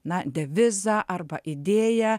na devizą arba idėją